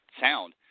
sound